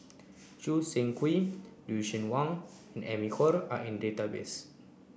Choo Seng Quee Lucien Wang and Amy Khor are in database